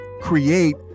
create